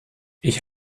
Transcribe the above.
ich